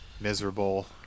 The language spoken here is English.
Miserable